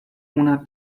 una